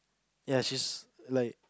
ya she's like